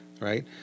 right